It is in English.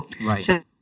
Right